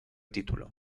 título